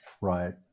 Right